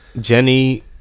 Jenny